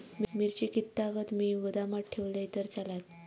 मिरची कीततागत मी गोदामात ठेवलंय तर चालात?